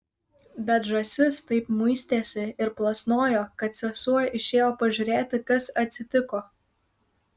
bet žąsis taip muistėsi ir plasnojo kad sesuo išėjo pažiūrėti kas atsitiko